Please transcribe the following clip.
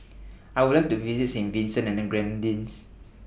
I Would like to visit Saint Vincent and The Grenadines